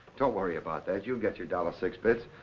don't worry about that. you'll get your dollar six bits.